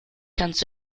kannst